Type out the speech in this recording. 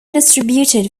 distributed